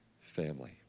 family